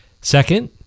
Second